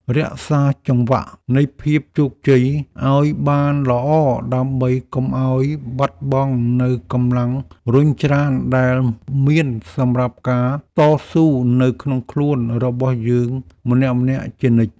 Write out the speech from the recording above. រក្សាចង្វាក់នៃភាពជោគជ័យឱ្យបានល្អដើម្បីកុំឱ្យបាត់បង់នូវកម្លាំងរុញច្រានដែលមានសម្រាប់ការតស៊ូនៅក្នុងខ្លួនរបស់យើងម្នាក់ៗជានិច្ច។